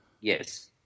Yes